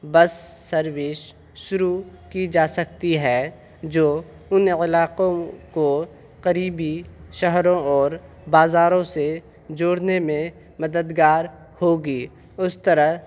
بس سروش شروع کی جا سکتی ہے جو ان علاقوں کو قریبی شہروں اور بازاروں سے جوڑنے میں مددگار ہوگی اس طرح